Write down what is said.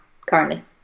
currently